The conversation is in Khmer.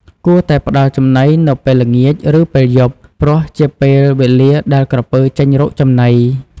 គួរតែផ្តល់ចំណីនៅពេលល្ងាច ឬពេលយប់ ព្រោះជាពេលវេលាដែលក្រពើចេញរកចំណី។